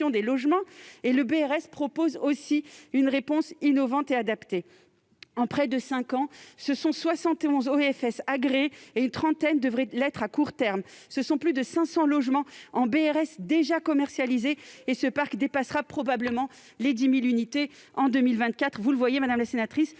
des logements, le BRS propose aussi une réponse innovante et adaptée. En près de cinq ans, 71 OFS ont été agréés et une trentaine devraient l'être à court terme. Plus de 500 logements ont été déjà commercialisés en BRS, et ce parc dépassera probablement les 10 000 unités en 2024. Vous le voyez, madame la sénatrice,